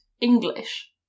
English